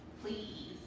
Please